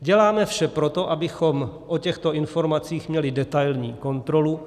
Děláme vše pro to, abychom o těchto informacích měli detailní kontrolu.